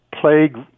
plague